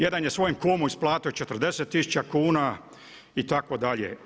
Jedan je svojem kumu isplatio 40000 kuna itd.